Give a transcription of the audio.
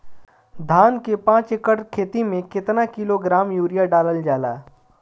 धान के पाँच एकड़ खेती में केतना किलोग्राम यूरिया डालल जाला?